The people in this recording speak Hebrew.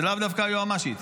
זה לאו דווקא היועמ"שית,